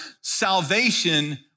salvation